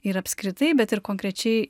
ir apskritai bet ir konkrečiai